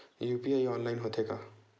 UPI online होथे का?